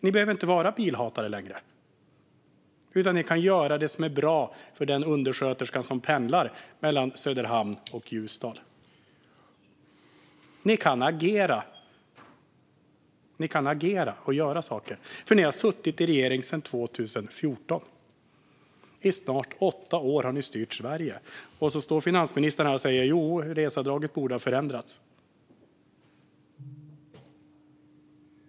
Ni behöver inte vara bilhatare längre, utan ni kan göra det som är bra för den undersköterska som pendlar mellan Söderhamn och Ljusdal. Ni kan agera och göra saker, för ni har suttit i regering sedan 2014. I snart åtta år har ni styrt Sverige, och så står finansministern här och säger att reseavdraget borde ha förändrats.